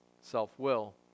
self-will